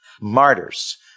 Martyrs